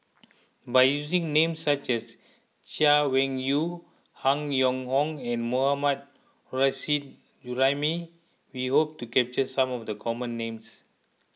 by using names such as Chay Weng Yew Han Yong Hong and Mohammad Nurrasyid Juraimi we hope to capture some of the common names